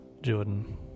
Jordan